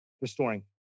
restoring